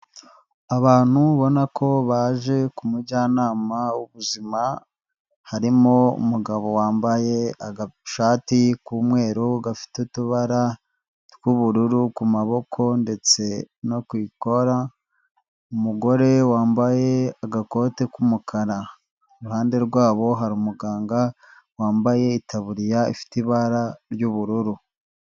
Abantu ubona ko baje kumujyanama w'ubuzima, harimo umugabo wambaye agashati k'umweru gafite utubara tw'ubururu ku maboko ndetse no ki ikora, umugore wambaye agakote k'umukara, iruhande rwabo hari umuganga wambaye itaburiya ifite ibara ry'ubururu.